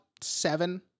seven